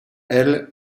elle